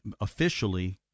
officially